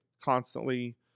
constantly